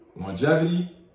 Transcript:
Longevity